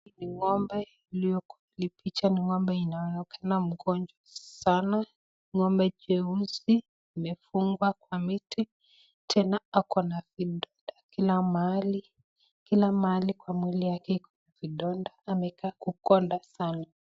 Hii picha ni ng'ombe inaonekana mgonjwa sana. Ng'ombe nyeusi imefungwa kwa miti. Tena ako na vidonda kila mahali, kila mahali kwa mwili wake iko na vidonda. Amekaa kukonda sana.